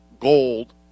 gold